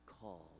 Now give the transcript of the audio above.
called